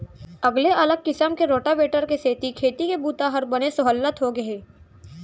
अगले अलग किसम के रोटावेटर के सेती खेती के बूता हर बने सहोल्लत होगे हे